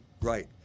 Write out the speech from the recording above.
right